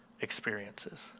experiences